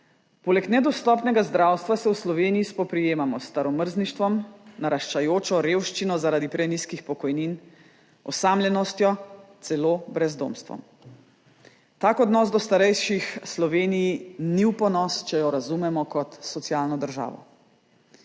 Poleg nedostopnega zdravstva se v Sloveniji spoprijemamo s staromrzništvom, naraščajočo revščino zaradi prenizkih pokojnin, osamljenostjo, celo brezdomstvom. Tak odnos do starejših Sloveniji ni v ponos, če jo razumemo kot socialno državo.